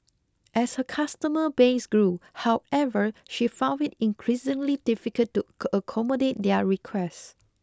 as her customer base grew however she found it increasingly difficult to accommodate their requests